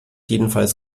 jedenfalls